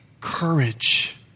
courage